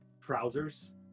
trousers